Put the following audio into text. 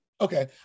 Okay